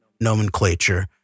nomenclature